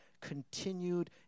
continued